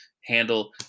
handle